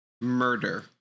murder